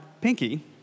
pinky